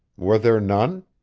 were there none?